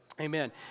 Amen